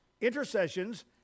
intercessions